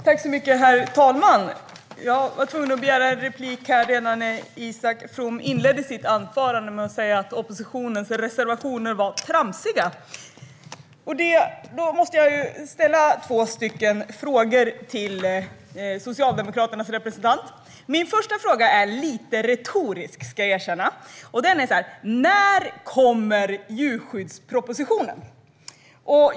Herr talman! Jag var tvungen att begära replik redan i inledningen av Isak Froms anförande, när han sa att oppositionens reservationer var tramsiga. Då måste jag ställa två frågor till Socialdemokraternas representant. Jag ska erkänna att min första fråga är lite retorisk. När kommer djurskyddspropositionen?